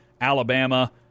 Alabama